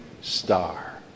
star